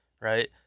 right